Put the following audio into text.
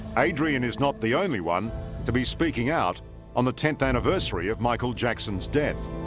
adrian is not. the only one to be speaking out on the tenth anniversary of michael jackson's death.